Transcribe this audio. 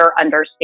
understand